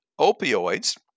opioids